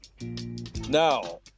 now